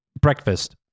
Breakfast